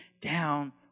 down